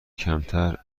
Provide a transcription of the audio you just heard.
کمتر